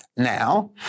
Now